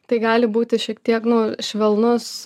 tai gali būti šiek tiek nu švelnus